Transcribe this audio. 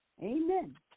Amen